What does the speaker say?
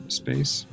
space